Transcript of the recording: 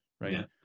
right